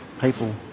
People